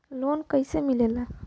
Loan कईसे मिलेला?